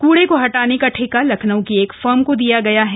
कुई को हटाने का ठेका लखनऊ की एक फर्म को दिया गया है